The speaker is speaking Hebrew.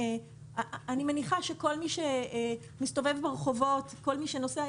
אני מניחה שכל מי שמסתובב ברחובות וכל מי שנוסע,